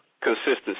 Consistency